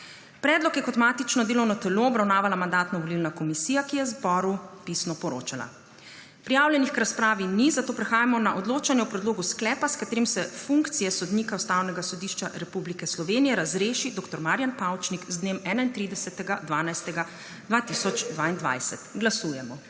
Predlog je kot matično delovno telo obravnavala Mandatno-volilna komisija, ki je zboru pisno poročala. Prijavljenih k razpravi ni, zato prehajamo na odločanje o predlogu sklepa, s katerim se funkcije sodnika Ustavnega sodišča Republike Slovenije razreši dr. Marijan Pavčnik z dnem 31. 12. 2022. Glasujemo.